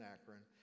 Akron